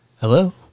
Hello